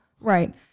Right